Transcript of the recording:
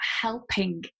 helping